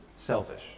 selfish